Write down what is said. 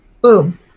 Boom